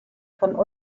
von